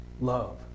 love